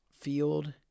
Field